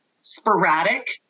sporadic